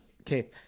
okay